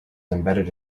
embedded